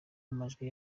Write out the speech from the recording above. amajwi